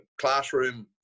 classroom